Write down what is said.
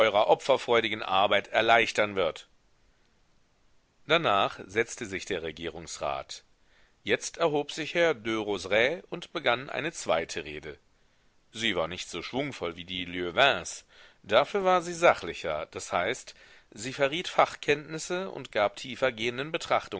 eurer opferfreudigen arbeit erleichtern wird darnach setzte sich der regierungsrat jetzt erhob sich herr derozerays und begann eine zweite rede sie war nicht so schwungvoll wie die lieuvains dafür war sie sachlicher das heißt sie verriet fachkenntnisse und gab